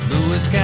Louis